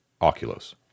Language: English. Oculus